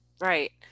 right